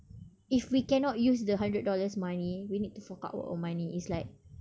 if we cannot use the hundred dollars money we need to fork out our own money it's like